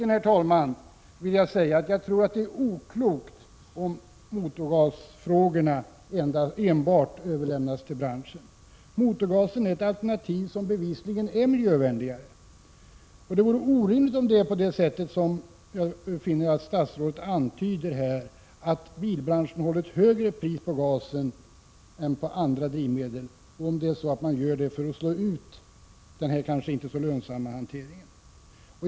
Herr talman! Jag tror att det är oklokt om motorgasfrågorna enbart överlämnas till branschen. Motorgasen är ett alternativ som bevisligen är miljövänligare. Det vore orimligt om det är så som jag finner att statsrådet här antyder, att bilbranschen håller ett högre pris på motorgas än på andra drivmedel för att slå ut denna kanske inte så lönsamma hantering.